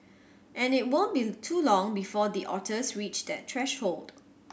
and it won't be too long before the otters reach that threshold